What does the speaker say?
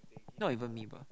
not even me bah